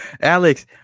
Alex